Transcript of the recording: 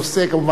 אתה,